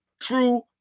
true